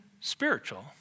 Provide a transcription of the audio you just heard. spiritual